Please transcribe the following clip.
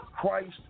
Christ